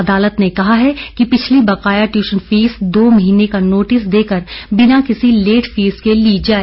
अदालत ने कहा है कि पिछली बकाया ट्यूशन फीस दो महीने का नोटिस देकर बिना किसी लेट फीस के ली जाए